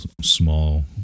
small